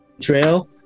trail